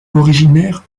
originaires